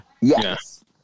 Yes